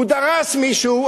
הוא דרס מישהו,